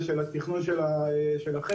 של התכנון שלכם,